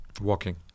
Walking